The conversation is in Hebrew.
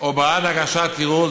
או בעד הגשת ערעור,